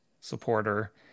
supporter